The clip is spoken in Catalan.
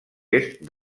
est